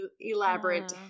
elaborate